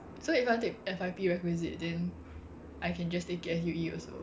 so if I want to take F_Y_P requisite then I can just take it as U_E also